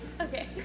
Okay